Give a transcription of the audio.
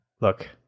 look